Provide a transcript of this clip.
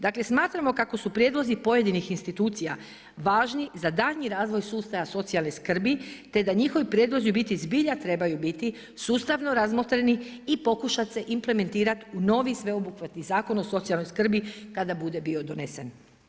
Dakle, smatramo kako su prijedlozi pojedinih institucija važni za daljnji razvoj sustava socijalne skrbi te da njihovi prijedlozi u biti zbilja trebaju biti sustavno razmotreni i pokušati se implementirati u novi sveobuhvatni Zakon o socijalnoj skrbi kako bude bio donesen.